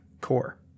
core